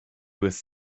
was